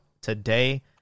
today